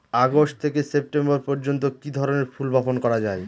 August থেকে September পর্যন্ত কি ধরনের ফুল বপন করা যায়?